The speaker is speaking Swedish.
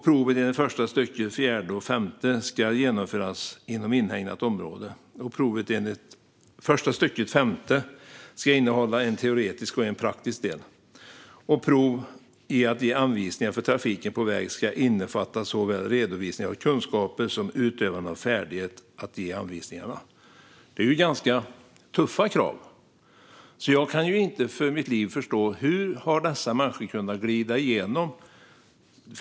Provet enligt första stycket 4 och 5 ska genomföras inom inhägnat område. Provet enligt första stycket 5 ska innehålla en teoretisk och en praktisk del. 6 § Prov i att ge anvisningar för trafiken på väg ska innehålla såväl redovisning av kunskaper som utövande av färdighet i att ge anvisningarna." Det är ganska tuffa krav. Jag kan alltså inte för mitt liv förstå hur dessa människor har kunnat glida igenom.